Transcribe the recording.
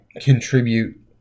contribute